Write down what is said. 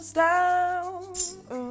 down